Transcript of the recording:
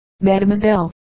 Mademoiselle